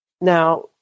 Now